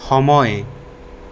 সময়